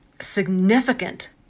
significant